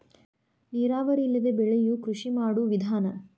ನೇರಾವರಿ ಇಲ್ಲದೆ ಬೆಳಿಯು ಕೃಷಿ ಮಾಡು ವಿಧಾನಾ